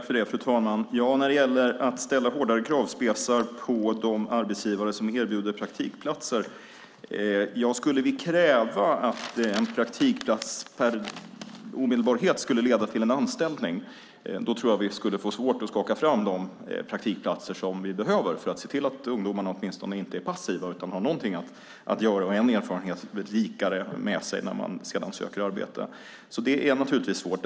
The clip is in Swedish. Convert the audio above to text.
Fru talman! När det gäller hårdare kravspecifikationer på de arbetsgivare som erbjuder praktikplatser: Skulle vi kräva att en praktikplats automatiskt skulle leda till anställning tror jag att vi skulle få svårt att skaka fram de praktikplatser som vi behöver för att se till att ungdomarna åtminstone inte är passiva utan har någonting att göra och blir en erfarenhet rikare att ta med sig när de sedan söker arbete. Det är naturligtvis svårt.